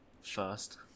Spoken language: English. First